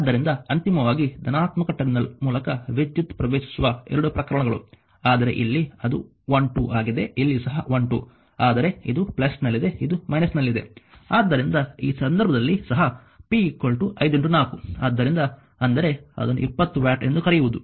ಆದ್ದರಿಂದ ಅಂತಿಮವಾಗಿ ಧನಾತ್ಮಕ ಟರ್ಮಿನಲ್ ಮೂಲಕ ವಿದ್ಯುತ್ ಪ್ರವೇಶಿಸುವ ಎರಡೂ ಪ್ರಕರಣಗಳು ಆದರೆ ಇಲ್ಲಿ ಅದು 1 2ಆಗಿದೆ ಇಲ್ಲಿ ಸಹ 1 2 ಆದರೆ ಇದು ನಲ್ಲಿದೆ ಇದು ನಲ್ಲಿದೆ ಆದ್ದರಿಂದ ಈ ಸಂದರ್ಭದಲ್ಲಿ ಸಹ p 5 4 ಆದ್ದರಿಂದ ಅಂದರೆ ಅದನ್ನು 20 ವ್ಯಾಟ್ ಎಂದು ಕರೆಯುವುದು